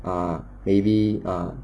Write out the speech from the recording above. ah maybe ah